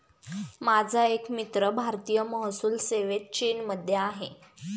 माझा एक मित्र भारतीय महसूल सेवेत चीनमध्ये आहे